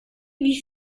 wie